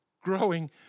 growing